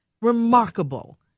Remarkable